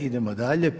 Idemo dalje.